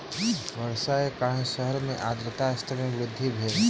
वर्षा के कारण शहर मे आर्द्रता स्तर मे वृद्धि भेल